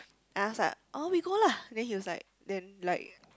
and I was like oh we go lah then he was like then like